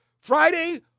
Friday